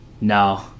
No